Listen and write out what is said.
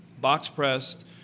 Box-pressed